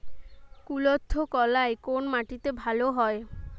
কুলত্থ কলাই কোন মাটিতে ভালো হয়?